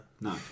No